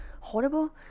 Horrible